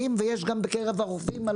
יש ביניהם עבריינים ויש גם בקרב הרוכבים על